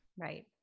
Right